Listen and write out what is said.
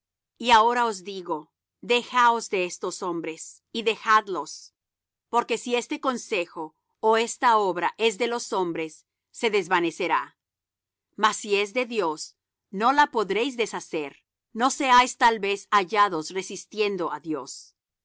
y ahora os digo dejaos de estos hombres y dejadlos porque si este consejo ó esta obra es de los hombres se desvanecerá mas si es de dios no la podréis deshacer no seáis tal vez hallados resistiendo á dios